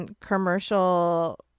commercial